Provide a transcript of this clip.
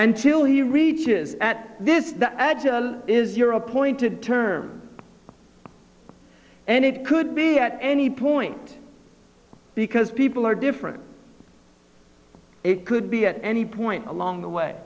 until he reaches at this the agile is your appointed term and it could be at any point because people are different it could be at any point along the way